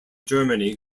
germany